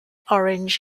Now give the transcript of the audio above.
orange